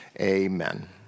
Amen